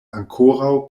ankoraŭ